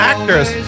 Actors